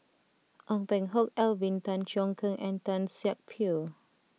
Ong Peng Hock Alvin Tan Cheong Kheng and Tan Siak Kew